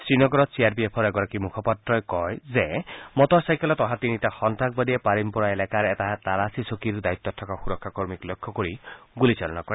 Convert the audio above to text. শ্ৰীনগৰত C R P এফৰ এগৰাকী মুখপাত্ৰই কয় যে মটৰ চাইকেলত অহা তিনিটা সন্নাসবাদীয়ে পাৰিম্পোৰা এলেকাৰ এটা তালাচী চকীৰ দায়িত্বত থকা সুৰক্ষা কৰ্মীক লক্ষ্য কৰি গুলী চালনা কৰে